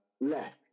left